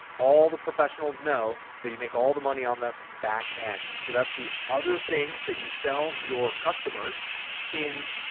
all the professionals know that you make all the money on the back end. so that's the other things that you sell your customers in.